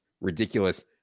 ridiculous